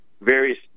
various